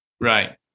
Right